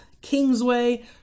Kingsway